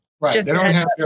Right